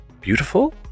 Beautiful